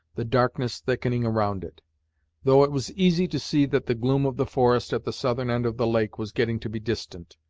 the darkness thickening around it though it was easy to see that the gloom of the forest at the southern end of the lake was getting to be distant,